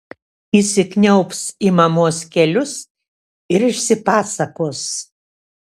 įsikniaubs į mamos kelius ir išsipasakos